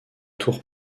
tour